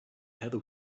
heather